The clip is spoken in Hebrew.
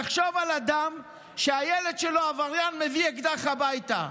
תחשוב על אדם שהילד שלו העבריין מביא אקדח הביתה,